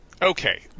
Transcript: Okay